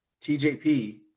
TJP